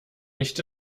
nicht